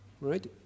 right